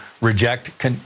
reject